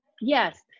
Yes